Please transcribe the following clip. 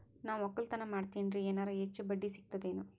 ನಾ ಒಕ್ಕಲತನ ಮಾಡತೆನ್ರಿ ಎನೆರ ಹೆಚ್ಚ ಬಡ್ಡಿ ಸಿಗತದೇನು?